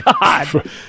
God